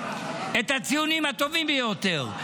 את הציונים הטובים ביותר.